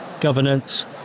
governance